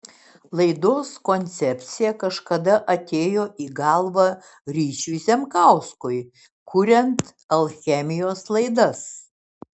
laidos koncepcija kažkada atėjo į galvą ryčiui zemkauskui kuriant alchemijos laidas